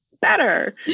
better